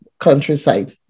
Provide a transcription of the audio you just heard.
Countryside